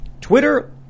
Twitter